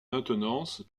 maintenance